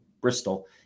Bristol